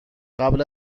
قبل